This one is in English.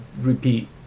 repeat